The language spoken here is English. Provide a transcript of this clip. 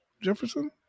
Jefferson